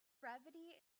brevity